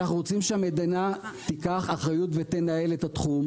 אנחנו רוצים שהמדינה תיקח אחריות ותנהל את התחום.